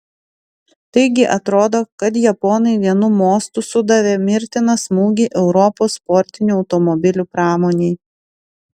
taigi atrodo kad japonai vienu mostu sudavė mirtiną smūgį europos sportinių automobilių pramonei